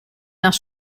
nach